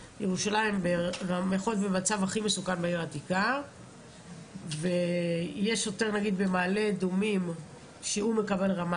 שוטר במקום הכי מסוכן בעיר העתיקה ושוטר במעלה אדומים שמקבל רמה